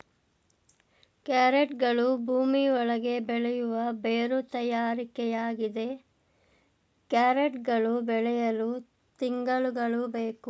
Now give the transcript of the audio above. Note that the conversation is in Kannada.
ಕ್ಯಾರೆಟ್ಗಳು ಭೂಮಿ ಒಳಗೆ ಬೆಳೆಯುವ ಬೇರು ತರಕಾರಿಯಾಗಿದೆ ಕ್ಯಾರೆಟ್ ಗಳು ಬೆಳೆಯಲು ತಿಂಗಳುಗಳು ಬೇಕು